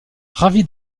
ravi